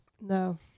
No